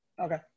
Okay